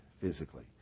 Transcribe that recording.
physically